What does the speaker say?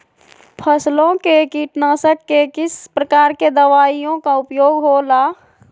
फसलों के कीटनाशक के किस प्रकार के दवाइयों का उपयोग हो ला?